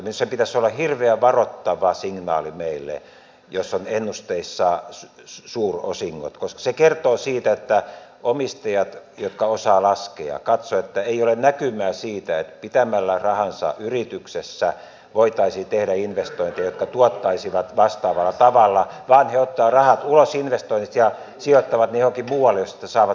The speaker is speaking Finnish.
minusta sen pitäisi olla hirveän varoittava signaali meille jos on ennusteissa suurosingot koska se kertoo siitä että omistajat jotka osaavat laskea katsovat ettei ole näkymää siitä että pitämällä rahansa yrityksessä voitaisiin tehdä investointeja jotka tuottaisivat vastaavalla tavalla vaan he ottavat rahat ulos investoinneista ja sijoittavat ne johonkin muualle josta sitten saavat paremman tuoton